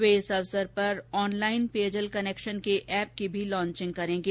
वे इस अवसर पर ऑनलाईन पेयजल कनैक्शन के एप की भी लॉचिंग करेंगे